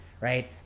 Right